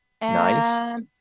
Nice